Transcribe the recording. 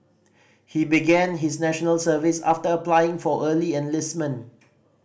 he began his National Service after applying for early enlistment